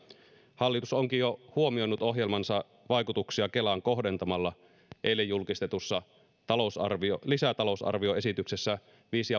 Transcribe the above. hallitus onkin jo huomioinut ohjelmansa vaikutuksia kelaan kohdentamalla eilen julkistetussa lisätalousarvioesityksessä viisi